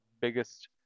biggest